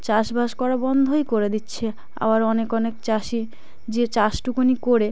চাষবাস করা বন্ধই করে দিচ্ছে আবার অনেক অনেক চাষি যে চাষটুকুনি করে